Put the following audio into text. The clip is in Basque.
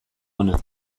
ona